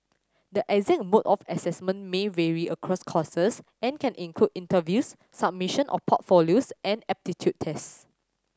the exact mode of assessment may vary across courses and can include interviews submission of portfolios and aptitude test